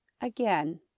again